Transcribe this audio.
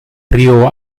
río